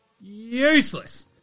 useless